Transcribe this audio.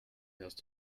hörst